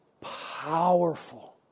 powerful